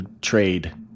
trade